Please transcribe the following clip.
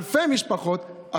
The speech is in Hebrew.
אלפי משפחות,